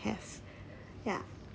have ya